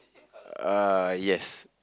uh yes